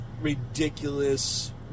ridiculous